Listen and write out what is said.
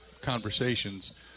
conversations